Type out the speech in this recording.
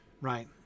right